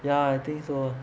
ya I think so